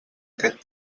aquest